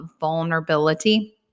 vulnerability